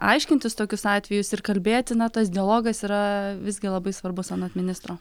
aiškintis tokius atvejus ir kalbėti na tas dialogas yra visgi labai svarbus anot ministro